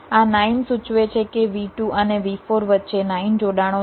આ 9 સૂચવે છે કે V2 અને V4 વચ્ચે 9 જોડાણો છે